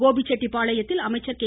கோபிசெட்டிபாளையத்தில் அமைச்சர் கே